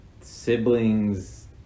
siblings